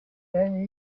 then